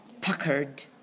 puckered